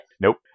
Nope